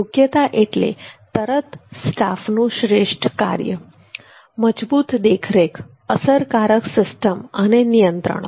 યોગ્યતા એટલે તરત સ્ટાફનું શ્રેષ્ઠ કાર્ય મજબૂત દેખરેખ અસરકારક સિસ્ટમ અને નિયંત્રણો